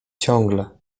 ciągle